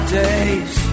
days